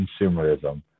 consumerism